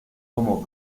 como